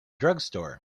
drugstore